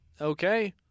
Okay